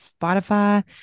Spotify